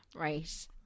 Right